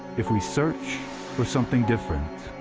if we search for something different,